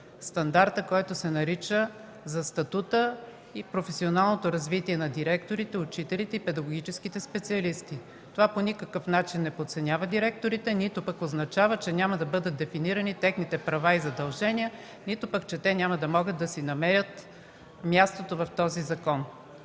стандарта, който се нарича „За статута и професионалното развитие на директорите, учителите и педагогическите специалисти”. Това по никакъв начин не подценява директорите, нито пък означава, че няма да бъдат дефинирани техните права и задължения, нито пък че те няма да могат да си намерят мястото в този закон.